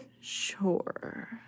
Sure